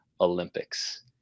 Olympics